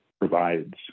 Provides